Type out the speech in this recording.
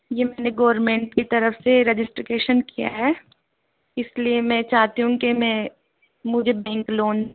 ये मैंने गोरमेंट की तरफ से रेजिस्ट्रैशन किया है इसलिए मैं चाहती हूँ कि मैं मुझे बैंक लोन